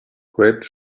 grape